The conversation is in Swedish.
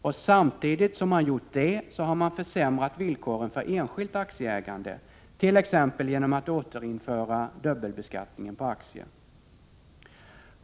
Och samtidigt som man gjort det har man försämrat villkoren för enskilt aktieägande, t.ex. genom att återinföra dubbelbeskattningen på aktier.